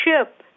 ship